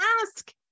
ask